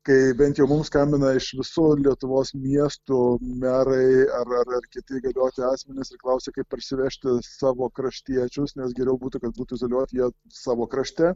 kai bent jau mums skambina iš visų lietuvos miestų merai ar ar ar kiti įgalioti asmenys ir klausia kaip parsivežti savo kraštiečius nes geriau būtų kad būtų izoliuoti jie savo krašte